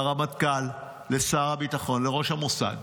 לרמטכ"ל, לשר הביטחון, לראש המוסד,